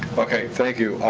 okay, thank you.